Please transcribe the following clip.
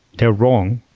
they're wrong,